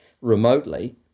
remotely